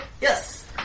Yes